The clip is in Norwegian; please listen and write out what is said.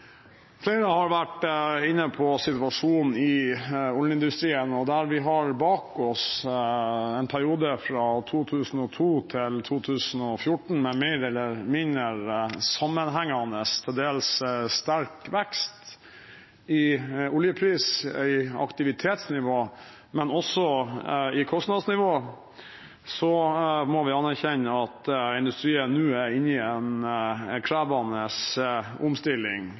Flere har vært inne på situasjonen i oljeindustrien. Der vi har bak oss en periode fra 2002 til 2014 med mer eller mindre sammenhengende og til dels sterk vekst i oljepris, i aktivitetsnivå, men også i kostnadsnivå, må vi anerkjenne at industrien nå er inne i en krevende omstilling